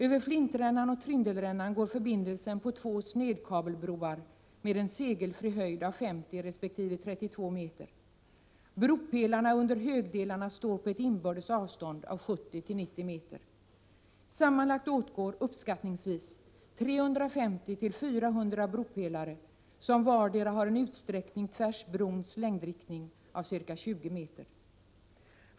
Över Flintrännan och Trindelrännan går förbindelsen på två snedkabelbroar med en segelfri höjd av 50 resp. 32 m. Bropelarna under högdelarna står på ett inbördes avstånd av 70-90 m. Sammanlagt åtgår, uppskattningsvis, 350-400 bropelare, som vardera har en utsträckning tvärs brons längdriktning av ca 20 m.